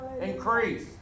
increase